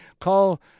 call